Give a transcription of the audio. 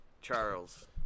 Charles